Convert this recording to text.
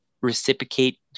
Reciprocate